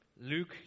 Luke